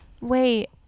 Wait